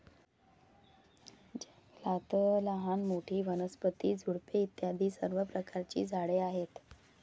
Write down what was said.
जंगलात लहान मोठी, वनस्पती, झुडपे इत्यादी सर्व प्रकारची झाडे आहेत